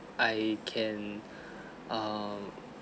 I can um